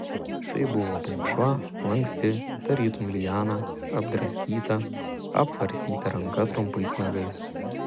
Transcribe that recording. tai buvo balkšva lanksti tarytum liana apdraskyta aptvarstyta ranka trumpais nagais